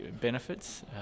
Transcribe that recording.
benefits